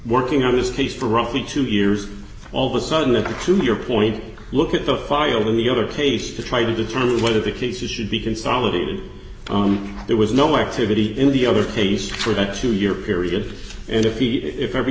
working on this case for roughly two years all of a sudden there to your point look at the file in the other case to try to determine whether the cases should be consolidated on there was no activity in the other case for that two year period and if he if every